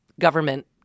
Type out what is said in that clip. government